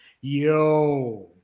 Yo